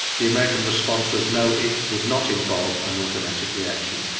the american response was no, it would not involve an automatic reaction'.